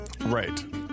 Right